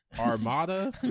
Armada